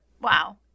Wow